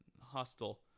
hostile